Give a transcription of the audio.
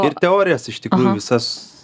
ir teorijas iš tikrųjų visas